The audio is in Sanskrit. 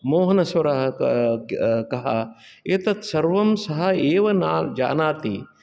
मोहनस्वरः क कः एतत्सर्वं सः एव न जानाति